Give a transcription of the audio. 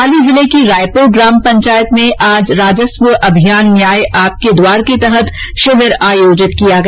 पाली जिले की रायपुर ग्राम पंचायत में आज राजस्व अभियान न्याय आपके द्वार के तहत शिविर आयोजित किया गया